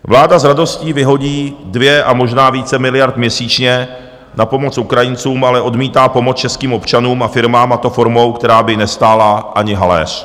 Vláda s radostí vyhodí 2 a možná více miliard měsíčně na pomoc Ukrajincům, ale odmítá pomoc českým občanům a firmám, a to formou, která by nestála ani haléř.